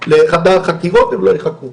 לחדר החקירות, הם לא ייחקרו.